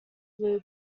blue